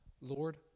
Lord